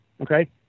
Okay